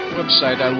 website